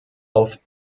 auf